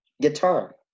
Guitar